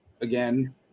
again